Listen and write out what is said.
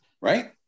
Right